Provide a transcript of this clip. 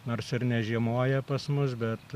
nors ir ne žiemoja pas mus bet